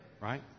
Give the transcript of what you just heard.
Right